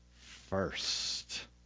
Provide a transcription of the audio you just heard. first